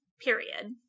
period